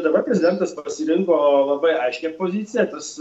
dabar prezidentas pasirinko labai aiškią poziciją tas